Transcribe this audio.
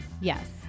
Yes